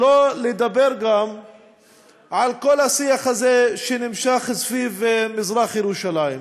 שלא לדבר על כל השיח הזה שנמשך סביב מזרח ירושלים,